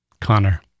Connor